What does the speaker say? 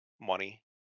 Money